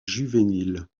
juvénile